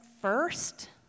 first